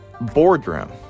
boardroom